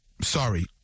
sorry